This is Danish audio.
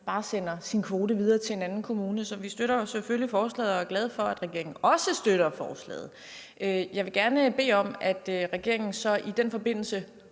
bare sender sin kvote videre til en anden kommune. Så vi støtter selvfølgelig forslaget og er glade for, at regeringen også støtter forslaget. Jeg vil gerne bede om, at regeringen så i den forbindelse